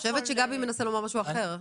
אני חושבת שגבי מנסה לומר משהו אחר.